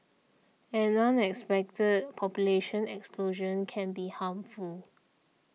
an unexpected population explosion can be harmful